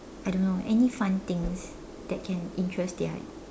I don't know any fun things that can interest their